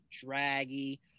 draggy